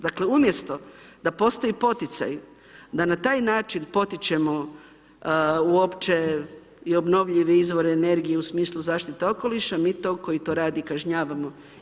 Dakle umjesto da postoje poticaji da na taj način potičemo uopće i obnovljive izbore energije u smislu zaštite okoliša mi to, koji to radi kažnjavamo.